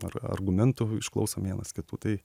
ar argumentų išklausom vienas kitų tai